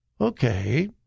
okay